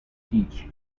teach